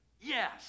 yes